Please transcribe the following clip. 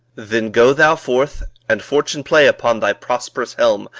then go thou forth and fortune play upon thy prosperous helm,